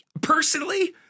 personally